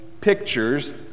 pictures